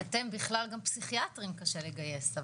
אתם, בכלל, גם פסיכיאטרים קשה לגייס.